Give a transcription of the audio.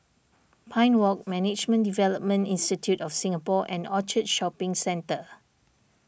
Pine Walk Management Development Institute of Singapore and Orchard Shopping Centre